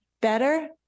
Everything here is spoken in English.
Better